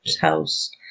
house